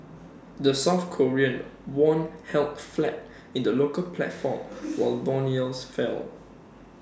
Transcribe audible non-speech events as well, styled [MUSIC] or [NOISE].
the south Korean won held flat in the local platform [NOISE] while Bond yields fell